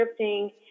scripting